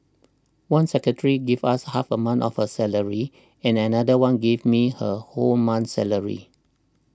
one secretary gave us half a month of her salary and another one gave me her whole month's salary